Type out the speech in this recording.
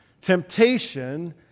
Temptation